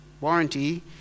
warranty